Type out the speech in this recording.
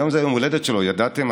היום זה יום ההולדת שלו, ידעתם?